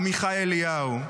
עמיחי אליהו.